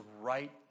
right